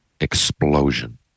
explosion